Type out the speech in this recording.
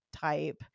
type